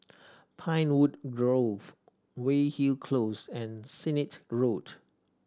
Pinewood Grove Weyhill Close and Sennett Road